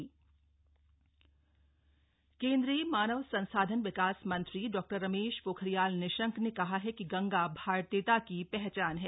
webinar Nishank केंद्रीय मानव संसाधन विकास मंत्री डॉ रमेश पोखरियाल निशंक ने कहा है कि गंगा भारतीयता की पहचान है